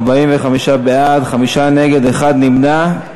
בעד, 45, נגד, 5, ונמנע אחד.